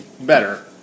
better